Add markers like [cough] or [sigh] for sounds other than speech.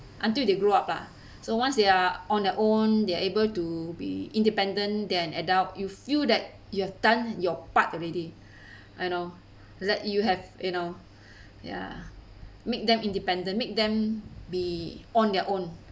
until they grow up lah so once they are on their own they are able to be independent then adult you feel that you have done your part already [breath] you know let you have you know [breath] ya make them independent make them be on their own